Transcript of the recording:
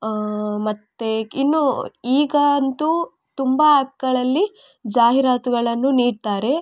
ಮತ್ತು ಇನ್ನೂ ಈಗ ಅಂತೂ ತುಂಬ ಆ್ಯಪ್ಗಳಲ್ಲಿ ಜಾಹಿರಾತುಗಳನ್ನು ನೀಡ್ತಾರೆ